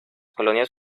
colonias